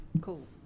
cool